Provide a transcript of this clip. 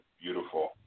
Beautiful